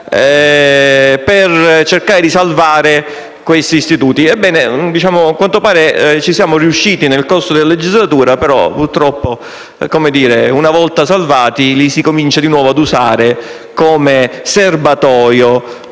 per cercare di salvare questi istituti. A quanto pare ci siamo riusciti nel corso della legislatura, ma purtroppo, una volta salvati, si comincia di nuovo ad usarli come serbatoio